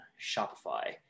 Shopify